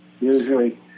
Usually